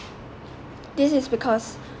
this is because